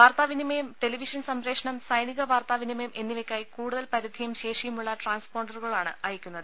വാർത്താവിനിമയം television സംപ്രേഷണം സൈനിക വാർത്താവിനിമയം എന്നിവയ്ക്കായി കൂടുതൽ പരിധിയും ശേഷിയുമുള്ള ട്രാൻസ്പോണ്ട റുകളാണ് അയക്കുന്നത്